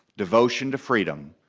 devotion to freedom,